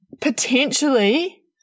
potentially